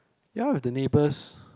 ya with the neighbors